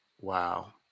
Wow